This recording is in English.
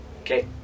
Okay